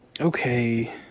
Okay